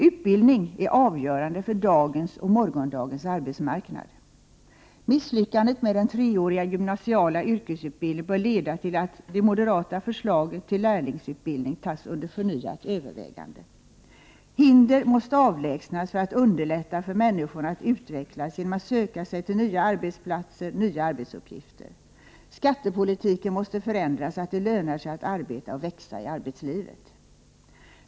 Utbildning är avgörande för dagens och morgondagens arbetsmarknad. Misslyckandet med den treåriga gymnasiala yrkesutbildningen bör leda till att det moderata förslaget till en lärlingsutbildning tas under förnyat övervägande. Hinder måste avlägsnas för att underlätta för människorna att utvecklas genom att söka sig till nya arbetsplatser och nya arbetsuppgifter. Skattepolitiken måste förändras så att det lönar sig att arbeta och växa i arbetslivet.